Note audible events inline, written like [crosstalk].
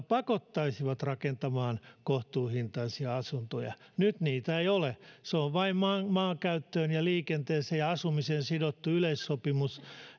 [unintelligible] pakottaisivat rakentamaan kohtuuhintaisia asuntoja nyt niitä ei ole se on vain maankäyttöön liikenteeseen ja asumiseen sidottu yleissopimus